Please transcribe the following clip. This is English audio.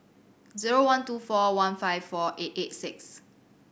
zero one two four one five four eight eight six